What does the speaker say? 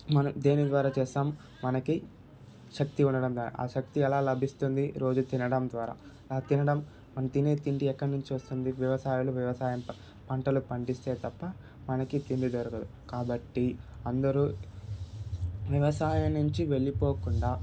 మనం దేని ద్వారా చేస్తాం మనకి శక్తి ఉండడం ద్వారా ఆ శక్తి ఎలా లభిస్తుంది రోజు తినడం ద్వారా ఆ తినడం మనం తినే తిండి ఎక్కడ నుంచి వస్తుంది వ్యవసాయాలు వ్యవసాయంతో పంటలు పండిస్తే తప్ప మనకి తిండి దొరకదు కాబట్టి అందరు వ్యవసాయం నుంచి వెళ్ళిపోకుండా